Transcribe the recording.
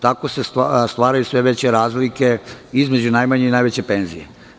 Tako se stvaraju sve veće razlike između najmanje i najveće penzije.